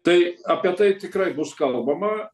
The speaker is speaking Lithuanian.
tai apie tai tikrai bus kalbama